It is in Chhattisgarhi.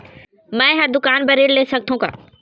मैं हर दुकान बर ऋण ले सकथों का?